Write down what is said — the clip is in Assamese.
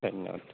ধন্যবাদ